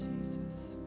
Jesus